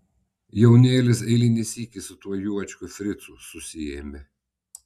jaunėlis eilinį sykį su tuo juočkiu fricu susiėmė